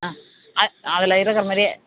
ஆ அதில் இருக்கமாரியே